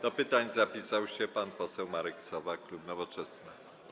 Do pytań zapisał się pan poseł Marek Sowa, klub Nowoczesna.